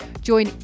Join